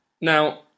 Now